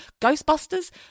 Ghostbusters